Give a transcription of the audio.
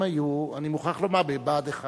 אני מוכרח לומר, בבה"ד 1